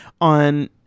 on